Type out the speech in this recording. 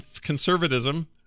conservatism